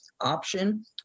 option